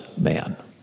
man